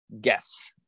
guess